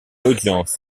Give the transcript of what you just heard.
audience